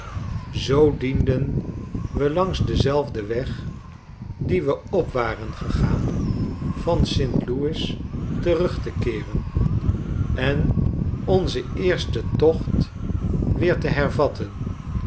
zoo dienden we langs denzelfden weg dien we op waren gegaan van st louis terug te keeren en onzen eersten tocht weer te hervatten